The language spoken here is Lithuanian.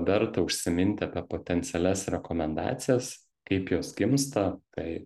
verta užsiminti apie potencialias rekomendacijas kaip jos gimsta tai